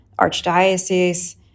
Archdiocese